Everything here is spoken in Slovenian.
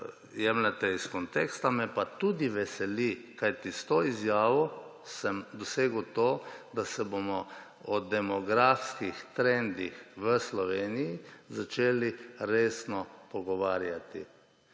jemljete iz konteksta, me pa tudi veseli, kajti s to izjavo sem dosegel to, da se bomo o demografskih trendih v Sloveniji začeli resno pogovarjati.